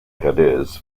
cadiz